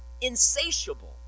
insatiable